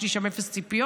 יש לי משם אפס ציפיות,